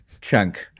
chunk